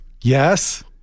Yes